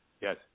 yes